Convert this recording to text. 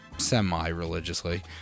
semi-religiously